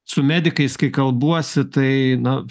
su medikais kai kalbuosi tai nu